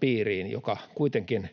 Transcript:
piiriin, joka kuitenkin